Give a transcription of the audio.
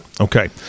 Okay